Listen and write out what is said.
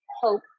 hope